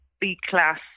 B-class